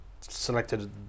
selected